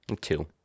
two